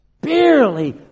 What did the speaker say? barely